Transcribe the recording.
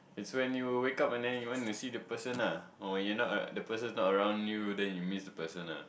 it's when you wake up and then you want to see that person lah or when your not a the person not around you then you miss the person lah